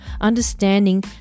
understanding